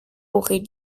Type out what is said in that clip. aurait